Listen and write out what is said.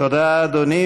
תודה, אדוני.